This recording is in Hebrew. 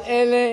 אבל אלה